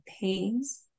pains